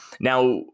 Now